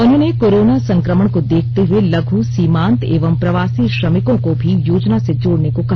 उन्होंने कोरोना संक्रमण को देखते हुए लघु सीमांत एवं प्रवासी श्रमिकों को भी योजना से जोड़ने को कहा